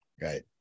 right